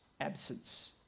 absence